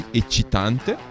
eccitante